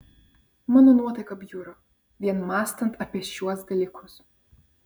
mano nuotaika bjuro vien mąstant apie šiuos dalykus